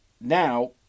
Now